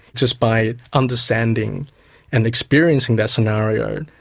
just by understanding and experiencing that scenario,